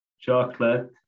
Chocolate